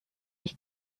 ich